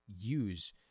use